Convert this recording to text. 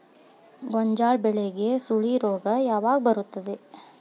ಗೋಂಜಾಳ ಬೆಳೆಗೆ ಸುಳಿ ರೋಗ ಯಾವಾಗ ಬರುತ್ತದೆ?